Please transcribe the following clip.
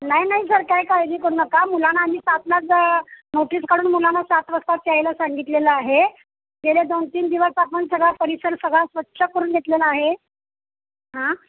नाही नाही सर काय काळजी करू नका मुलांना आणि सातलाच नोटीस काढून मुलांना सात वाजताच यायला सांगितलेलं आहे गेले दोन तीन दिवस आपण सगळा परिसर सगळा स्वच्छ करून घेतलेला आहे हां